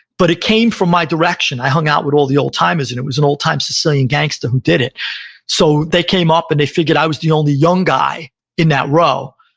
but it came from my direction. i hung out with all the old-timers, and it was an old-time sicilian gangster who did it so they came up, and they figured i was the only young guy in that row,